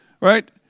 right